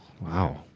Wow